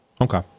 Okay